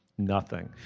nothing.